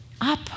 up